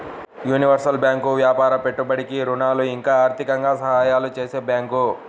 universal bank వ్యాపారం పెట్టుబడికి ఋణాలు ఇంకా ఆర్థికంగా సహాయాలు చేసే బ్యాంకు